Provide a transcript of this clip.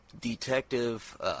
Detective